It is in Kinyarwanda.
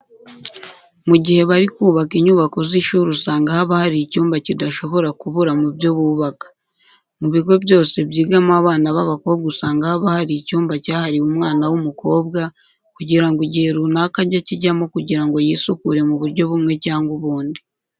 Mu gihe bari kubaka inyubako z'ishuri usanga haba hari icyumba kidashobora kubura mu byo bubaka. Mu bigo byose byigamo abana b'abakobwa usanga haba hari icyumba cyahariwe umwana w'umukobwa kugira ngo igihe runaka ajye akijyamo kugira ngo yisukure mu buryo bumwe cyangwa ubundi.